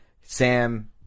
Sam